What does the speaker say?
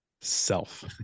self